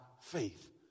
faith